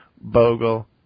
Bogle